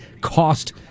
cost